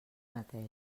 neteja